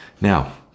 Now